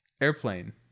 Airplane